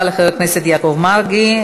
תודה רבה לחבר הכנסת יעקב מרגי.